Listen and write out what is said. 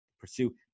pursue